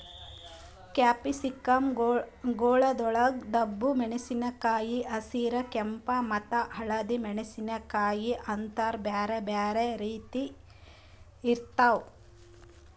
capsicum ಗೊಳ್ದಾಗ್ ಡಬ್ಬು ಮೆಣಸಿನಕಾಯಿ, ಹಸಿರ, ಕೆಂಪ ಮತ್ತ ಹಳದಿ ಮೆಣಸಿನಕಾಯಿ ಅಂತ್ ಬ್ಯಾರೆ ಬ್ಯಾರೆ ರೀತಿದ್ ಇರ್ತಾವ್